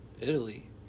Italy